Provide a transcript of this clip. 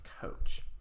Coach